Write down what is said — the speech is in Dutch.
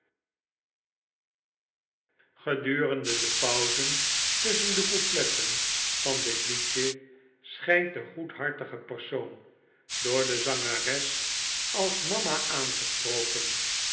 gedurende de pauzen tusschen de coupletten van dit liedje schijnt de goedhartige persoon door de zangeres als mama aangesproken